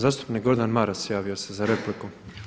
Zastupnik Gordan Maras javio se za repliku.